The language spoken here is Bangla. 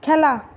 খেলা